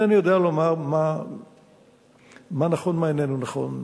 אני אינני יודע לומר מה נכון, מה איננו נכון.